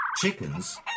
chickens